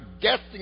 guessing